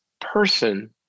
person